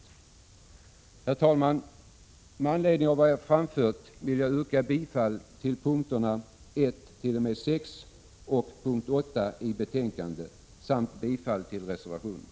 Herr talman! Med anledning av vad jag framfört vill jag yrka bifall till punkterna 1—6 och punkt 8 i betänkandet samt bifall till reservationen.